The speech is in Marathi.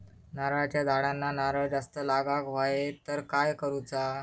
नारळाच्या झाडांना नारळ जास्त लागा व्हाये तर काय करूचा?